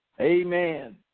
Amen